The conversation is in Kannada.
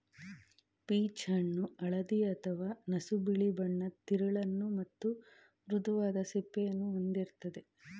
ಪೀಚ್ ಹಣ್ಣು ಹಳದಿ ಅಥವಾ ನಸುಬಿಳಿ ಬಣ್ಣದ್ ತಿರುಳನ್ನು ಮತ್ತು ಮೃದುವಾದ ಸಿಪ್ಪೆಯನ್ನು ಹೊಂದಿರ್ತದೆ